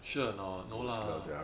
sure or not no lah